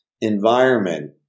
environment